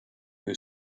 who